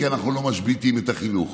כי אנחנו לא משביתים את החינוך,